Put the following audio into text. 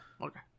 okay